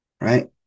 right